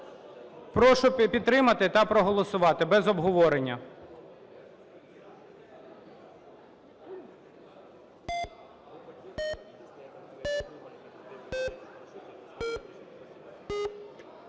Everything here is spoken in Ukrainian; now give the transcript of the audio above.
Прошу підтримати та проголосувати, без обговорення.